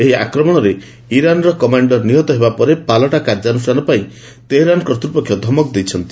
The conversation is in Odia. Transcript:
ଏହି ଆକ୍ରମଣରେ ଇରାନ୍ର କମାଣ୍ଡର ନିହତ ହେବା ପରେ ପାଲଟା କାର୍ଯ୍ୟାନୁଷ୍ଠାନ ପାଇଁ ତେହେରାନ କର୍ତ୍ତ୍ୱପକ୍ଷ ଧମକ ଦେଇଛନ୍ତି